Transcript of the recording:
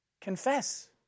Confess